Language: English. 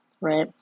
Right